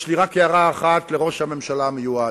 יש לי רק הערה אחת לראש הממשלה המיועד: